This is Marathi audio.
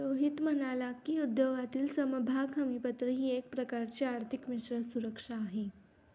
रोहित म्हणाला की, उद्योगातील समभाग हमीपत्र ही एक प्रकारची आर्थिक मिश्र सुरक्षा आहे